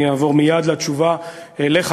אני אעבור מייד לתשובה אליך,